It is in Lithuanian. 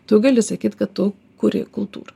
tu gali sakyt kad tu kuri kultūrą